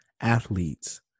athletes